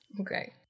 Okay